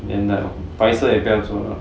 and um 白色也不要做了